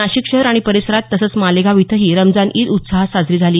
नाशिक शहर आणि परिसरात तसंच मालेगाव इथंही रमजान ईद उत्साहात साजरी झाली